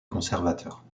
conservateurs